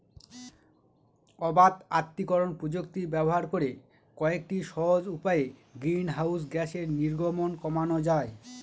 অবাত আত্তীকরন প্রযুক্তি ব্যবহার করে কয়েকটি সহজ উপায়ে গ্রিনহাউস গ্যাসের নির্গমন কমানো যায়